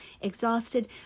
exhausted